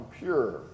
pure